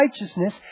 righteousness